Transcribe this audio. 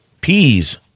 peas